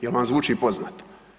Jel vam zvuči poznato?